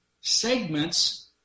segments